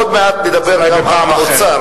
אז עוד מעט נדבר גם על האוצר,